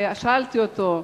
שאלתי אותו: